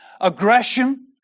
aggression